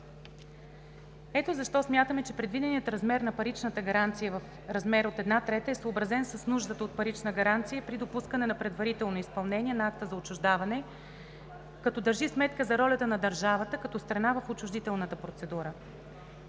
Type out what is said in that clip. Ето защо смятаме, че предвиденият размер на паричната гаранция в размер от една трета е съобразен с нуждата от парична гаранция при допускане на предварително изпълнение на акта за отчуждаване, като държи сметка за ролята на държавата като страна в отчуждителната процедура.